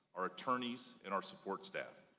our attorneys and our support staff.